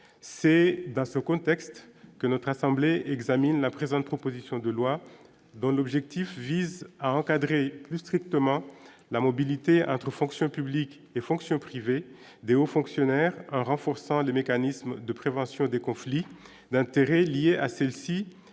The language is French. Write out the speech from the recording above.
c'est dans ce contexte que notre assemblée examine la présente proposition de loi dans l'objectif vise à encadrer plus strictement la mobilité entre fonction publique, des fonctions privées aux fonctionnaires en renforçant les mécanismes de prévention des conflits d'intérêts liés à celle-ci,